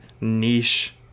niche